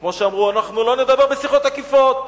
כמו שאמרו: אנחנו לא נדבר בשיחות עקיפות.